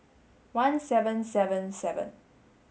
one seven seven seven